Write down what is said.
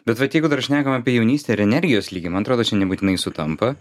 bet vat jeigu dar šnekam apie jaunystę ir energijos lygį man atrodo čia nebūtinai sutampa